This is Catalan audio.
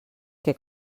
que